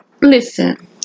Listen